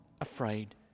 afraid